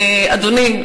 אדוני,